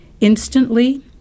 Instantly